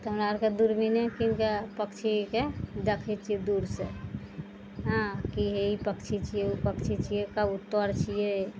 तऽ हमरा अरके दूरबीने कीनके पक्षीके देखय छियै दूरसँ हँ की हे ई पक्षी छियै उ पक्षी छियै कबूतर छियै